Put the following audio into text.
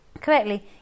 correctly